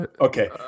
Okay